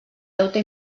deute